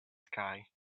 sky